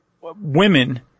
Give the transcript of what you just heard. women